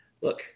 look